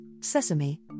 sesame